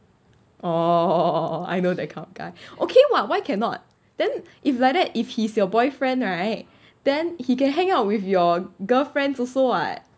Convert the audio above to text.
orh I know that kind of guy okay [what] why cannot then if like that if he's your boyfriend right then he can hang out with your girlfriends also [what]